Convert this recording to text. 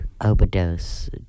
overdose